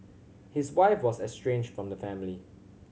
his wife was estranged from the family